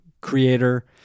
Creator